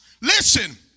Listen